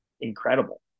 incredible